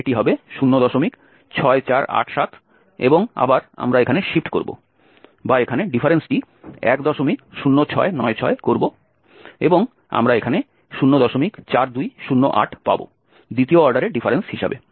তাই এটি হবে 06487 এবং আবার আমরা এখানে শিফট করব বা এখানে ডিফারেন্সটি 10696 করব এবং আমরা এখানে 04208 পাব দ্বিতীয় অর্ডারের ডিফারেন্স হিসাবে